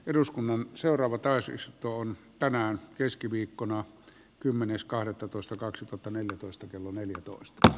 eduskunnan seuraavat pääsystä on tänään keskiviikkona kymmenes kahdettatoista kaksituhattaneljätoista kello neljätoista